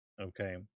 okay